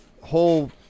whole